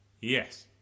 Yes